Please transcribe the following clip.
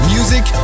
Music